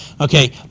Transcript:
okay